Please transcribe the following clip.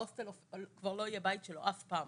ההוסטל כבר לא יהיה הבית שלו אף פעם.